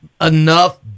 enough